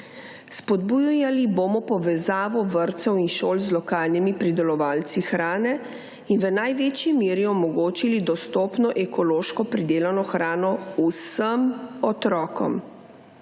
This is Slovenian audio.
»Spodbujali bomo povezavo vrtcev in šol z lokalnimi pridelovalci hrane in največji meri omogočili dostopno ekološko pridelano hrano vsem otrokom.